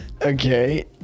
Okay